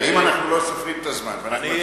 אם אנחנו לא סופרים את הזמן ואני,